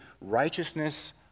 righteousness